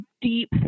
deep